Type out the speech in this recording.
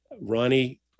Ronnie